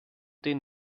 den